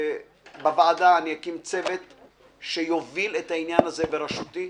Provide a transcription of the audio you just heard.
בוועדה אקים צוות שיוביל את העניין הזה, בראשותי,